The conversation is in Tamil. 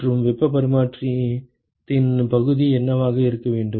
மற்றும் வெப்ப பரிமாற்றத்தின் பகுதி என்னவாக இருக்க வேண்டும்